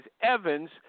Evans